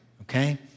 okay